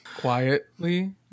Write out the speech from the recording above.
Quietly